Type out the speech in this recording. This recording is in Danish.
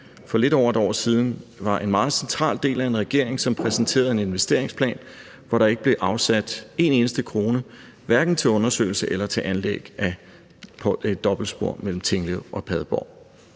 for lidt over et år siden var en meget central del af en regering, som præsenterede en investeringsplan, hvor der ikke blev afsat en eneste krone til hverken undersøgelse eller til anlæg af et dobbeltspor mellem Tinglev og Padborg.